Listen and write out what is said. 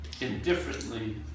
indifferently